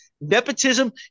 Nepotism